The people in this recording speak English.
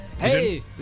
hey